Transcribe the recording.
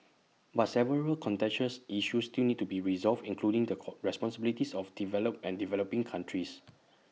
but several contentious issues still need to be resolved including the core responsibilities of developed and developing countries